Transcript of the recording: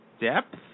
depth